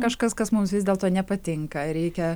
kažkas kas mums vis dėlto nepatinka reikia